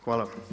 Hvala.